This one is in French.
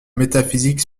métaphysique